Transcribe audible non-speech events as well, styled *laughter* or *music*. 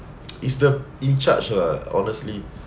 *noise* it's the in-charge lah honestly